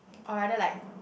or rather like